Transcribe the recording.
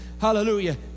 hallelujah